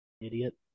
idiot